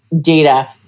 data